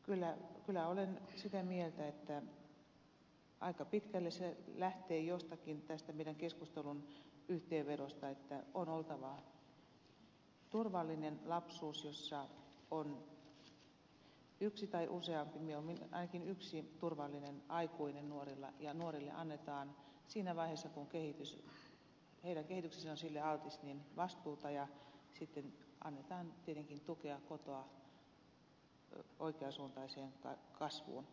kyllä olen sitä mieltä että aika pitkälle se lähtee tästä jostakin meidän keskustelumme yhteenvedosta että on oltava turvallinen lapsuus jossa on yksi tai useampi mieluimmin ainakin yksi turvallinen aikuinen nuorilla ja nuorille annetaan siinä vaiheessa kun heidän kehityksensä on sille altis vastuuta ja sitten annetaan tietenkin tukea kotoa oikean suuntaiseen kasvuun